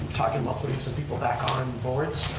talking about bringing some people back on boards